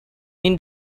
این